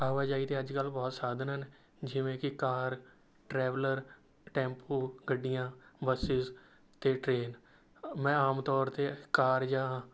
ਆਵਾਜਾਈ ਦੇ ਅੱਜ ਕੱਲ੍ਹ ਬਹੁਤ ਸਾਧਨ ਹਨ ਜਿਵੇਂ ਕਿ ਕਾਰ ਟਰੈਵਲਰ ਟੈਂਪੂ ਗੱਡੀਆਂ ਬੱਸਿਸ ਅਤੇ ਟਰੇਨ ਮੈਂ ਆਮ ਤੌਰ 'ਤੇ ਕਾਰ ਜਾਂ